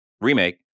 Remake